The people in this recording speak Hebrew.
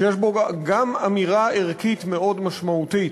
שיש בו גם אמירה ערכית מאוד משמעותית,